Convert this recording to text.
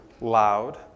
loud